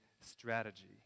strategy